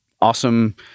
awesome